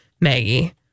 Maggie